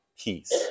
peace